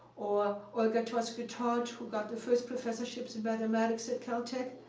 or olga taussky-todd, who got the first professorships in mathematics at caltech.